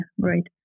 Great